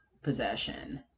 possession